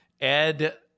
Ed